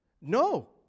No